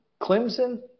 Clemson